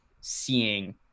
seeing